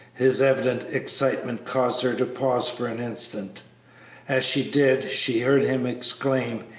his evident excitement caused her to pause for an instant as she did, she heard him exclaim,